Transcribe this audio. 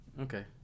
Okay